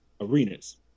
arenas